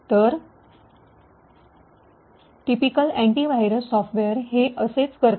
तर typical antivirus software हे असेच करते